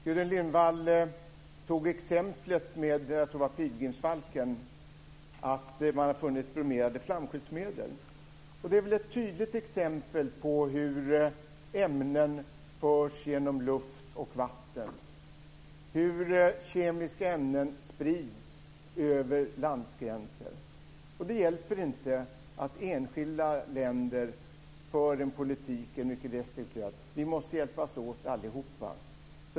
Gudrun Lindvall tog upp exemplet med att man har funnit bromerade flamskyddsmedel hos pilgrimsfalkar. Det är ett tydligt exempel på hur ämnen förs genom luft och vatten och hur kemiska ämnen sprids över landgränser. Det hjälper inte att enskilda länder för en mycket restriktiv politik. Vi måste hjälpas åt allihop.